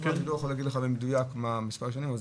אני לא יכול להגיד לך במדויק מה מספר השנים.